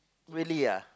really ah